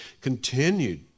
continued